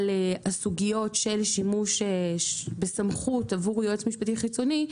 הסוגיות של שימוש בסמכות עבור יועץ משפטי חיצוני,